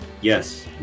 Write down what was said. yes